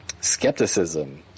skepticism